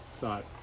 thought